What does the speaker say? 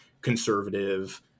conservative